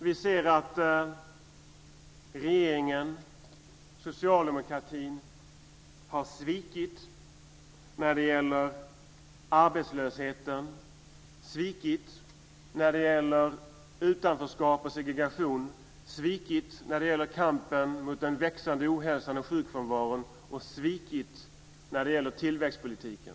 Vi ser att regeringen, socialdemokratin, har svikit när det gäller arbetslösheten, svikit när det gäller utanförskap och segregation, svikit när det gäller kampen mot den växande ohälsan och sjukfrånvaron och svikit när det gäller tillväxtpolitiken.